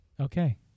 Okay